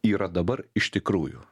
yra dabar iš tikrųjų